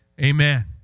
amen